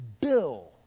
bill